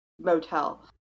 motel